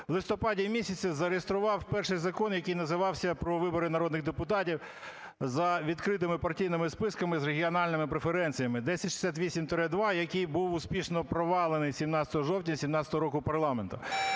в листопаді-місяці зареєстрував перший закон, який називався "Про вибори народних депутатів за відкритими партійними списками з регіональними преференціями" (1068-2), який був успішно провалений 17 жовтня 2017 року парламентом.